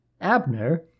Abner